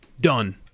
Done